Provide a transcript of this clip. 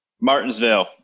Martinsville